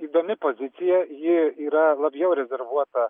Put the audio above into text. įdomi pozicija ji yra labiau rezervuota